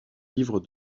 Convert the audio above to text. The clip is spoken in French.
livre